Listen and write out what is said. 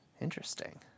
Interesting